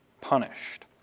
punished